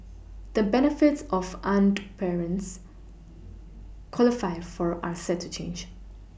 the benefits off unwed parents qualify for are set to change